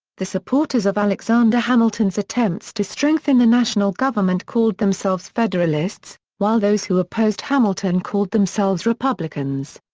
the supporters of alexander hamilton's attempts to strengthen the national government called themselves federalists, while those who opposed hamilton called themselves republicans.